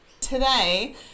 today